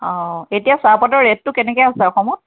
অ এতিয়া চাহপাতৰ ৰেটটো কেনেকৈ আছে অসমত